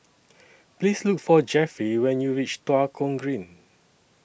Please Look For Jeffrey when YOU REACH Tua Kong Green